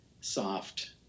soft